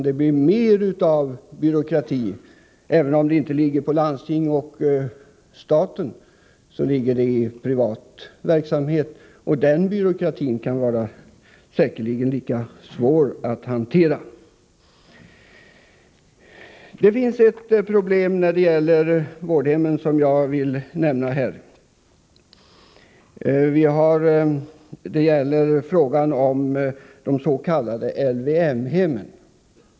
Det blir mer av byråkrati, även om den inte ligger på landstingen och staten, och den byråkratin kan säkerligen vara lika svår att hantera. Det finns ett problem när det gäller vårdhemmen som jag vill nämna här. Det gäller frågan om de s.k. LYM-hemmen.